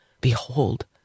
behold